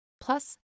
Plus